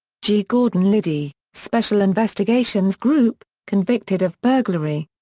g. gordon liddy, special investigations group, convicted of burglary.